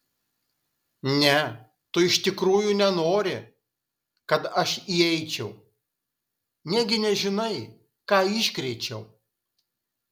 ne tu iš tikrųjų nenori kad aš įeičiau negi nežinai ką iškrėčiau